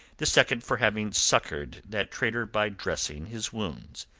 the second for having succoured that traitor by dressing his wounds.